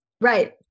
Right